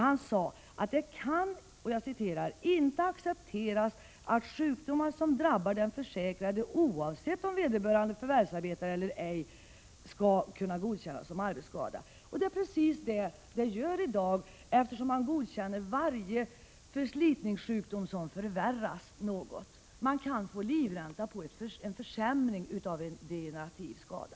Han sade: ”Det kan inte accepteras att sjukdomar som drabbar den försäkrade, oavsett om vederbörande förvärvsarbetar eller ej, skall kunna godkännas som arbetsskada.” Det är precis det som görs i dag, eftersom man godkänner varje förslitningssjukdom som förvärras något. Man kan få livränta på en försämring av en degenerativ skada.